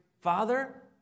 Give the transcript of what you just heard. Father